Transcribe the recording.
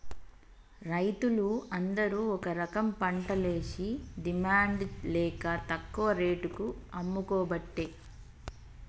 రైతులు అందరు ఒక రకంపంటలేషి డిమాండ్ లేక తక్కువ రేటుకు అమ్ముకోబట్టే